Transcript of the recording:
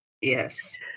Yes